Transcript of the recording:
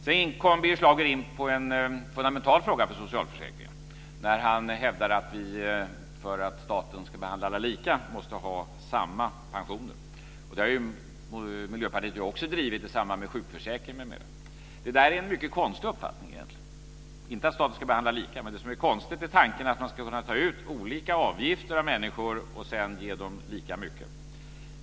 Sedan kom Birger Schlaug in på en fundamental fråga för socialförsäkringen när han hävdade att vi för att staten ska behandla alla lika måste ha samma pensioner. Det har Miljöpartiet också drivit i samband med sjukförsäkringen m.m. Det där är egentligen en mycket konstig uppfattning. Inte att staten ska behandla alla lika, det som är konstigt är tanken att man ska kunna ta ut olika avgifter av människor och sedan ge dem lika mycket.